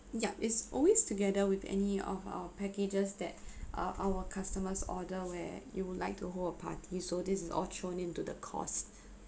yup it's always together with any of our packages that uh our customers order where you would like to hold a party so this is all thrown in to the cost